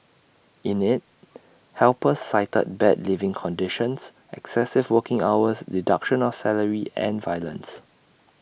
in IT helpers cited bad living conditions excessive working hours deduction of salary and violence